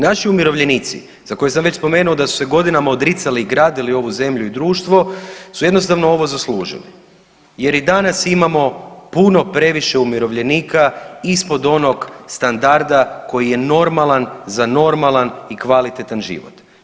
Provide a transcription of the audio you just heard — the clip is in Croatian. Naši umirovljenici za koje sam već spomenuo da su se godinama odricali i gradili ovu zemlju i društvo su jednostavno ovo zaslužiti, jer i danas imamo puno, previše umirovljenika ispod onog standarda koji je normalan za normalan i kvalitetan život.